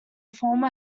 former